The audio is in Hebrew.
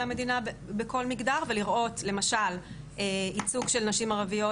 המדינה בכל מגדר ולראות למשל ייצוג של נשים ערביות,